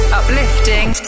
uplifting